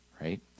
right